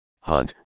hunt